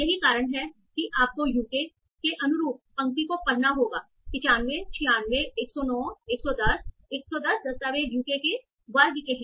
यही कारण है कि आपको UK के अनुरूप पंक्ति को पढ़ना होगा 95 96 109 110 110 दस्तावेज यूके के वर्ग के हैं